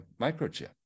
microchip